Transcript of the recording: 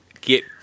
get